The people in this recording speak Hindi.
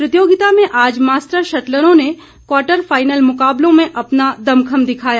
प्रतियोगिता में आज मास्टर शटलरों ने क्वार्टर फाईनल मुकाबलों में अपना दमखम दिखाया